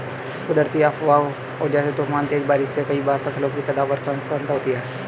कुदरती आफ़ते जैसे तूफान, तेज बारिश से कई बार फसलों की पैदावार में विफलता होती है